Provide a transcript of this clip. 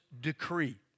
decree